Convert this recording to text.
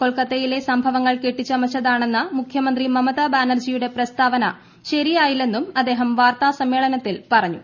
കൊൽക്കത്തയിലെ സ്ക്ടിപ്പങ്ങൾ കെട്ടിച്ചമച്ചതാണെന്ന മുഖ്യമന്ത്രി മമതാ ബാനർജിയുടെ പ്രസ്താവന ശരിയായില്ലെന്നും അദ്ദേഹം വാർത്താസമ്മേളനത്തിൽ പ്പറഞ്ഞു